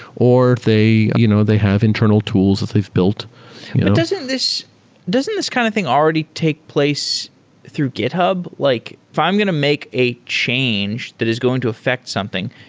or they you know they have internal tools that they've built doesn't this doesn't this kind of thing already take place through github? like if i'm going to make a change that is going to affect something,